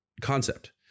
concept